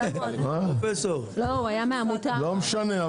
לא משנה,